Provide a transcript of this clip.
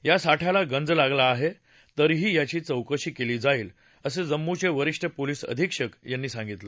या साठ्याला गंज लागला आहे तरीही याची चौकशी केली जाईल असं जम्मूचे वरिष्ठ पोलीस अधिक्षक यांनी सांगितलं